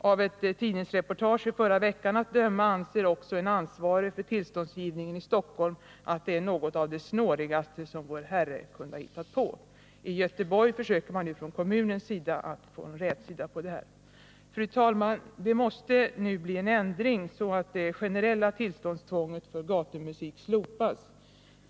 Av ett tidningsreportage i förra veckan att döma anser också en ansvarig för tillståndsgivningen i Stockholm att det är något av det snårigaste som Vår Herre kunde ha hittat på. I Göteborg försöker man nu från kommunens sida att få en rätsida på det här. Fru talman! Det måste nu bli en ändring, så att det generella tillståndstvånget för gatumusik slopas.